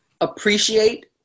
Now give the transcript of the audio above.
appreciate